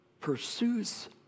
pursues